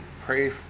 Pray